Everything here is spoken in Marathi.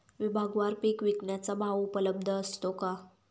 विभागवार पीक विकण्याचा भाव उपलब्ध असतो का?